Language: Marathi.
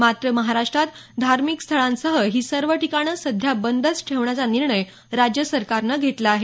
मात्र महाराष्ट्रात धार्मिक स्थळांसह ही सर्व ठिकाणं सध्या बंदच ठेवण्याचा निर्णय राज्य सरकारनं घेतला आहे